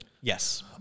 Yes